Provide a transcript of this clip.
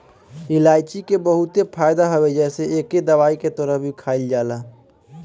इलायची के बहुते फायदा हवे जेसे एके दवाई के तरह भी खाईल जाला